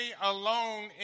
alone